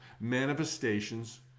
manifestations